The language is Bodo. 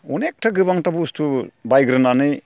अनेखथा गोबांथा बुस्थु बायग्रोनानै